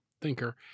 thinker